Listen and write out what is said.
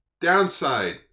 Downside